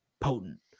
potent